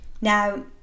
Now